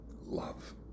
love